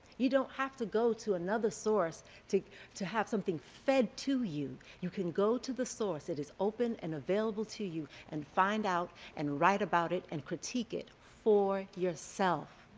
you don't have to go to another source to to have something fed to you. you can go to the source. it is open and available to you and find out and write about it and critique it for yourself.